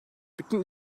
bütün